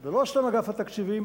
ולא סתם אגף התקציבים,